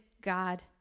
God